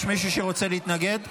שוויון, יש מישהו שרוצה להתנגד?